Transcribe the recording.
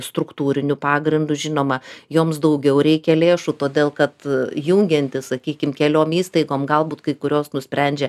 struktūriniu pagrindu žinoma joms daugiau reikia lėšų todėl kad jungiantis sakykim keliom įstaigom galbūt kai kurios nusprendžia